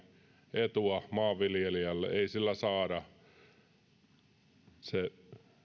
etua maanviljelijälle ei sillä saada